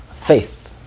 faith